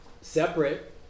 separate